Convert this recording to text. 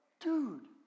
Dude